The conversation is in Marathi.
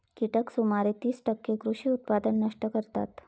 कीटक सुमारे तीस टक्के कृषी उत्पादन नष्ट करतात